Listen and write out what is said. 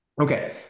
Okay